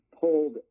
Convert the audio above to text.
pulled